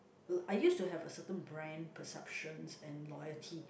uh I used to have a certain brand perceptions and loyalty